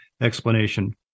explanation